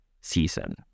season